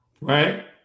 Right